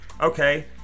Okay